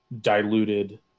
diluted